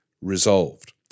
resolved